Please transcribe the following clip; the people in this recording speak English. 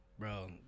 Bro